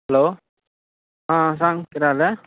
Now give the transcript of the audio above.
hello आं सांग कितें आलें